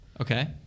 Okay